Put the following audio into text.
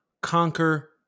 Conquer